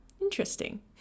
Interesting